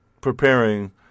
preparing